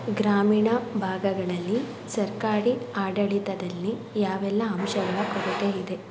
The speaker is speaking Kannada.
ಗ್ರಾಮೀಣ ಭಾಗಗಳಲ್ಲಿ ಸರ್ಕಾರಿ ಆಡಳಿತದಲ್ಲಿ ಯಾವೆಲ್ಲ ಅಂಶಗಳ ಕೊರತೆ ಇದೆ